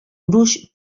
gruix